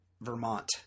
Vermont